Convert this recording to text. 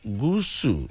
gusu